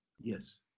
Yes